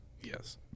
Yes